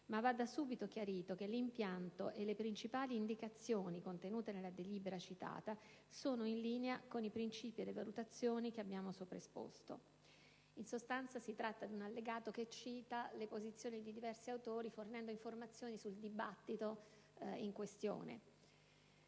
ma va da subito chiarito che l'impianto e le principali indicazioni contenute nella citata delibera sono in linea con i principi e le valutazioni sopra esposti. In sostanza, si tratta di un allegato che cita le posizioni di diversi autori fornendo informazioni sul dibattito in questione.